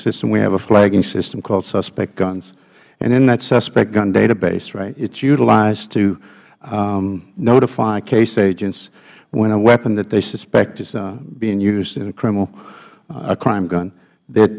system we have a flagging system called suspect guns and in that suspect gun database right it is utilized to notify case agents when a weapon that they suspect is being used in a criminalh a crime gun th